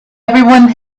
everyone